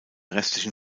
restlichen